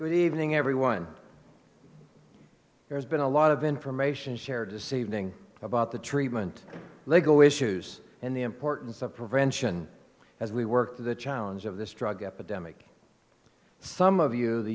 good evening everyone there's been a lot of information shared deceiving about the treatment legal issues and the importance of prevention as we work to the challenge of this drug epidemic some of you the